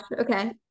okay